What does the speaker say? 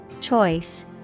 Choice